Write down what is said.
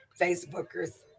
Facebookers